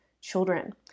children